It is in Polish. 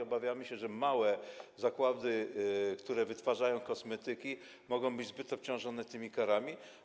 Obawiamy się, że małe zakłady, które wytwarzają kosmetyki, mogą być zbyt obciążone tymi karami.